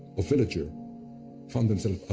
or villager found themselves